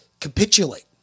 capitulate